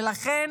ולכן